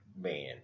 man